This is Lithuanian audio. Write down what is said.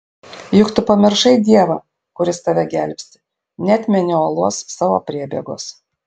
juk tu pamiršai dievą kuris tave gelbsti neatmeni uolos savo priebėgos